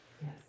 Yes